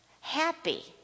happy